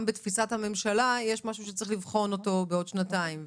גם בתפיסת הממשלה יש משהו שצריך לבחון אותו בעוד שנתיים.